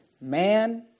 man